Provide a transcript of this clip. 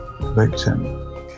victim